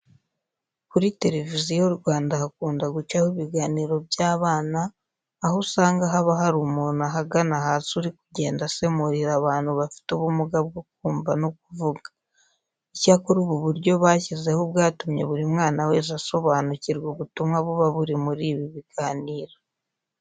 Kuri Televiziyo Rwanda hakunda gucaho ibiganiro by'abana aho usanga haba hari umuntu ahagana hasi uri kugenda asemurira abantu bafite ubumuga bwo kumva no kuvuga. Icyakora ubu buryo bashyizeho bwatumye buri mwana wese asobanukirwa ubutumwa buba buri muri ibi biganiro.